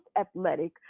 athletic